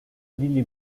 lili